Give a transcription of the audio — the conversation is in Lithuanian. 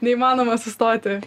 neįmanoma sustoti